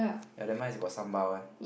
and then mine is got sambal one